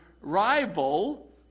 rival